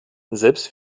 selbst